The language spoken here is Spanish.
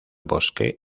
bosque